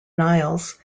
niles